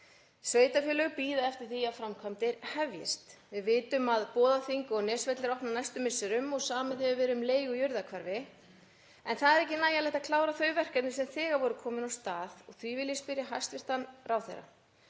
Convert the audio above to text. Sveitarfélög bíða eftir því að framkvæmdir hefjist. Við vitum að Boðaþing og Nesvellir opna á næstu misserum og samið hefur verið um leigu í Urðarhvarfi en það er ekki nægjanlegt að klára þau verkefni sem þegar voru komin af stað. Því vil ég spyrja hæstv. ráðherra: